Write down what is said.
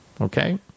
Okay